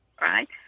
right